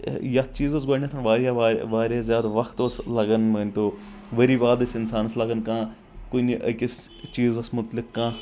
یتھ چیٖزس گۄڈٕنٮ۪تھ واریاہ واریاہ واریاہ زیادٕ وقت اوس لگان مٲنۍ تو ؤری وادٕ ٲسۍ انسانس لگان کانٛہہ کُنہِ أکِس چیٖزس مُتعلق کانٛہہ